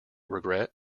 regret